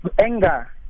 Anger